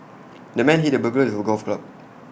the man hit the burglar with A golf club